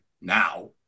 now